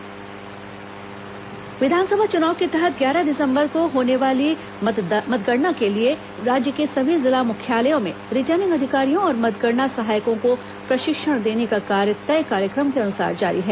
मतगणना प्रशिक्षण विधानसभा चुनाव के तहत ग्यारह दिसंबर को होने वाली मतगणना के लिए राज्य के सभी जिला मुख्यालयों में रिटर्निंग अधिकारियों और मतगणना सहायकों को प्रशिक्षण देने का कार्य तय कार्यक्रम के अनुसार जारी है